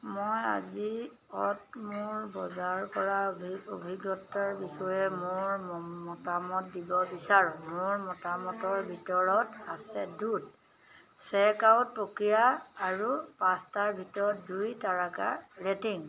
মই আজিঅ'ত মোৰ বজাৰ কৰাৰ অভিজ্ঞতাৰ বিষয়ে মোৰ মতামত দিব বিচাৰোঁ মোৰ মতামতৰ ভিতৰত আছে দ্ৰুত চেকআউট প্ৰক্ৰিয়া আৰু পাঁচটাৰ ভিতৰত দুই তাৰকাৰ ৰেটিং